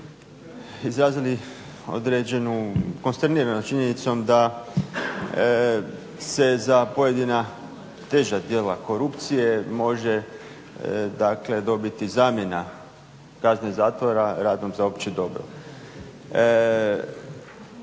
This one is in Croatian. izrazili određenu … činjenicom da se za pojedina teža djela korupcije može dobiti zamjena kazne zatvora radom za opće dobro.